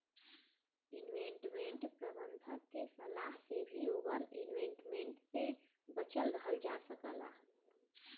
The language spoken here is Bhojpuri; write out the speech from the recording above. इन्वेस्टमेंट प्रबंधक के सलाह से भी ओवर इन्वेस्टमेंट से बचल रहल जा सकला